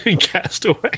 Castaway